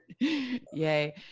Yay